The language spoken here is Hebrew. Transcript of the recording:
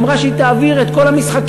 היא אמרה שהיא תעביר את כל המשחקים,